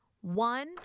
One